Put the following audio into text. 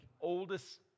oldest